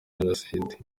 jenoside